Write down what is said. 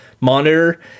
monitor